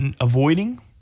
avoiding